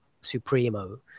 supremo